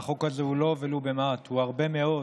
והחוק הזה הוא לא ולו במעט, הוא הרבה מאוד.